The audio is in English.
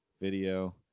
video